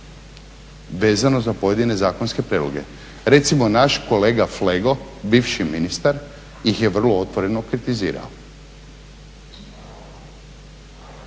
vezano za pojedine zakonske prijedloge. Recimo, naš kolega Flego, bivši ministar ih je vrlo otvoreno kritizirao.